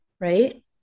right